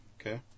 Okay